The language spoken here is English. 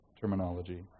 terminology